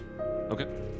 Okay